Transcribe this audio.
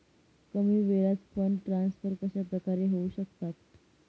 कमी वेळात fund transfer कशाप्रकारे होऊ शकतात?